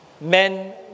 Men